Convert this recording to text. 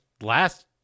last